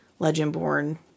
Legendborn